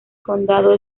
condado